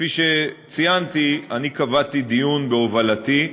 וכפי שציינתי, אני קבעתי דיון בהובלתי.